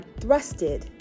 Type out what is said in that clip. thrusted